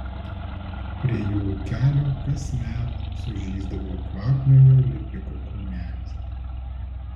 prie jų ūkelio kasmet sužysdavo kvapniojo lipiko krūmelis